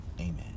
Amen